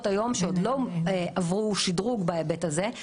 היום שעדיין לא עברו שדרוג בהיבט הזה,